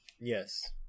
yes